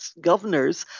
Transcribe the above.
governors